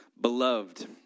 Beloved